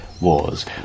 wars